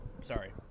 sorry